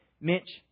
Mitch